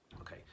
Okay